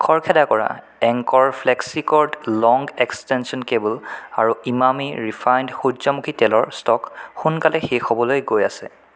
খৰখেদা কৰা Anchor Flexicord long extension cable আৰু ইমামী ৰিফাইণ্ড সূৰ্য্যমুখী তেলৰ ষ্টক সোনকালে শেষ হ'বলৈ গৈ আছে